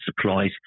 supplies